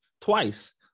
twice